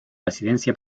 residencia